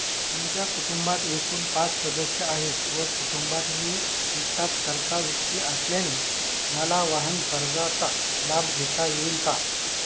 आमच्या कुटुंबात एकूण पाच सदस्य आहेत व कुटुंबात मी एकटाच कर्ता व्यक्ती असल्याने मला वाहनकर्जाचा लाभ घेता येईल का?